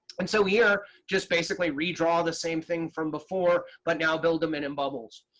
and so here just basically redraw the same thing from before, but now build them and in bubbles.